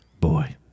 boy